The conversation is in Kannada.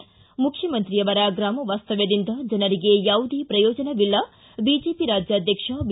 ಿ ಮುಖ್ಯಮಂತ್ರಿ ಅವರ ಗ್ರಾಮ ವಾಸ್ತವ್ಯದಿಂದ ಜನರಿಗೆ ಯಾವುದೇ ಪ್ರಯೋಜನವಿಲ್ಲ ಬಿಜೆಪಿ ರಾಜ್ಯಾಧ್ಯಕ್ಷ ಬಿ